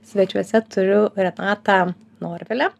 svečiuose turiu renatą norvilę